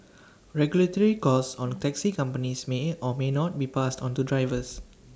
regulatory costs on taxi companies may at or may not be passed onto drivers